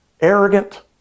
arrogant